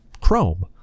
Chrome